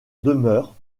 demeure